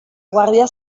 guardia